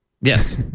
yes